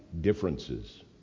differences